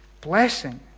blessing